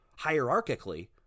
hierarchically